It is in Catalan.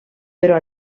però